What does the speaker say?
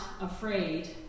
afraid